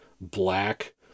black